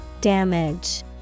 Damage